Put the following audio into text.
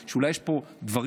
יש היום תלונות על הפרה,